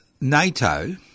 NATO